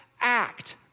act